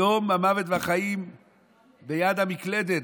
היום המוות והחיים ביד המקלדת,